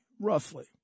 roughly